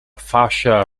fascia